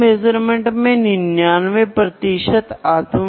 measurement उचित प्रदर्शन के लिए किया जाता है